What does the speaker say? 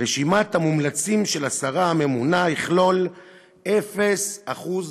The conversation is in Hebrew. רשימת המומלצים של השרה הממונה תכלול 0% מזרחים.